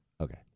Okay